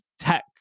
tech